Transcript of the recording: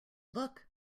look